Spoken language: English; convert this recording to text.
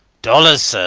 dollars, sir.